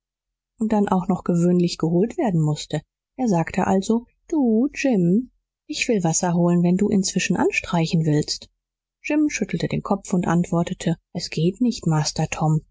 und dann auch noch gewöhnlich geholt werden mußte er sagte also du jim ich will wasser holen wenn du inzwischen anstreichen willst jim schüttelte den kopf und antwortete es geht nicht master tom